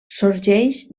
sorgeix